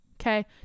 okay